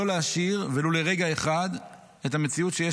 לא להשאיר ולו לרגע אחד את המציאות שיש